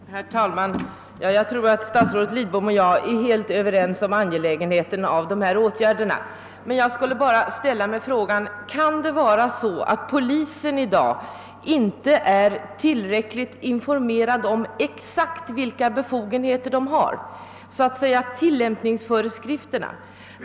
Herr talman! Jag tror att statsrådet Lidbom och jag är helt överens om angelägenheten av de här åtgärderna. Jag skulle bara vilja ställa frågan, om polisen i dag är tillräckligt informerad om exakt vilka befogenheter den har enligt tillämpningsföreskrifterna.